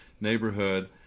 Neighborhood